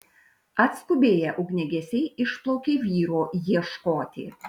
atskubėję ugniagesiai išplaukė vyro ieškoti